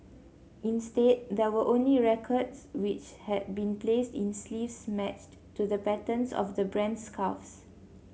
instead there were only records which had been placed in sleeves matched to the patterns of the brand's scarves